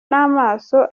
n’amaso